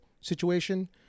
situation